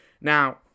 Now